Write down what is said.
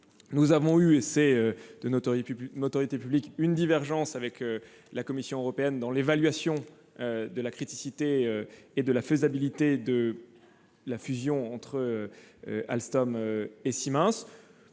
Nous avons eu, et c'est de notoriété publique, une divergence avec la Commission européenne dans l'évaluation de la criticité et de la faisabilité de la fusion entre Alstom et Siemens.